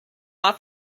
off